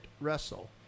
Russell